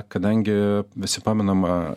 kadangi visi pamenam